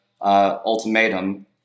ultimatum